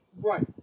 Right